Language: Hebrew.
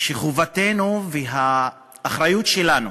שחובתנו והאחריות שלנו,